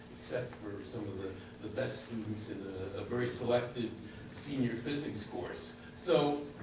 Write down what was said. except for some of the the best students in a very selected senior physics course. so